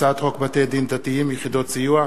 הצעת חוק בתי-דין דתיים (יחידות סיוע),